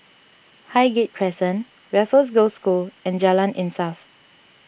Highgate Crescent Raffles Girls' School and Jalan Insaf